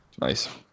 Nice